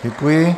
Děkuji.